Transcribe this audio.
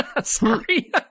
Sorry